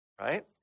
Right